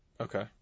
Okay